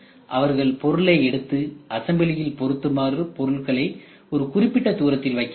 அவர் பொருளை எடுத்து அசம்பிளியில் பொருத்துமாறு பொருட்களை ஒரு குறிப்பிட்ட தூரத்தில் வைக்க வேண்டும்